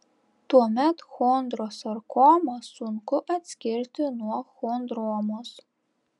tuomet chondrosarkomą sunku atskirti nuo chondromos